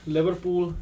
Liverpool